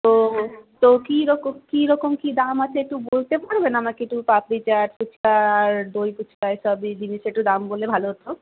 তো তো কী রকম কী রকম কী দাম আছে একটু বলতে পারবেন আমাকে একটু পাপড়ি চাট ফুচকা আর দই ফুচকা এসবই জিনিসের একটু দাম বললে একটু ভালো হতো